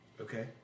Okay